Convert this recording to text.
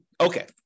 Okay